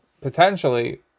potentially